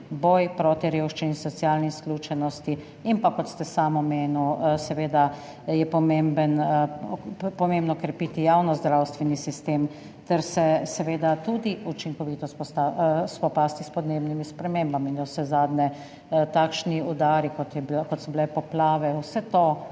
boj proti revščini, socialni izključenosti, in kot ste sami omenili, seveda je pomembno krepiti javnozdravstveni sistem ter se tudi učinkovito spopasti s podnebnimi spremembami. Navsezadnje takšni udari, kot so bile poplave, vse to